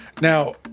Now